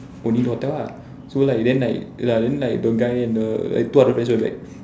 only hotel lah so like then like ya then like the guy and like two other friends will be like